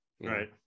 right